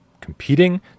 competing